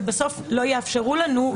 שבסוף לא יאפשרו לנו כרגע להתחיל להפעיל.